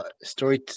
story